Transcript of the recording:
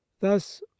thus